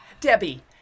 Debbie